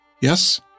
yes